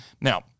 Now